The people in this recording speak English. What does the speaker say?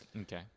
Okay